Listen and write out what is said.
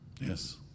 Yes